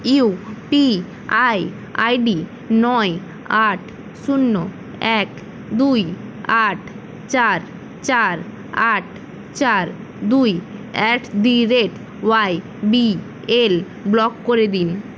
UPI ID নয় আট শূন্য এক দুই আট চার চার আট চার দুই at the rate YBL block করে দিন